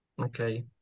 Okay